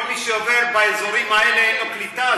כל מי שעובר באזורים האלה, אין לו קליטה.